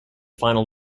final